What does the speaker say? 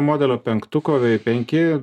modelio penktuko penki